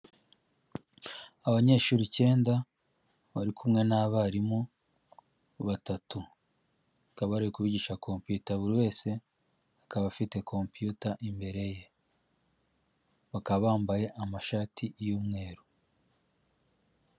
Abanyeshuri icyenda bari kumwe n'abarimu batatu, akaba ari bigisha kompiyuta buri wese akaba afite compiyuta imbere ye, bakaba bambaye amashati y'umweru.